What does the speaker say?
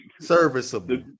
Serviceable